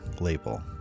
label